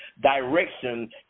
direction